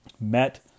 met